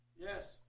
Yes